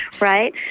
right